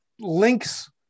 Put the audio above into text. links